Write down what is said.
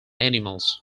animals